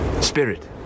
spirit